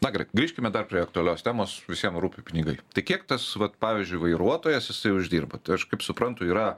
na gerai grįžkime dar prie aktualios temos visiem rūpi pinigai tai kiek tas vat pavyzdžiui vairuotojas jisai uždirba tai aš kaip suprantu yra